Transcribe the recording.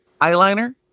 eyeliner